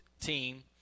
team